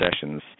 sessions